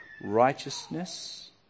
Righteousness